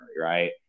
Right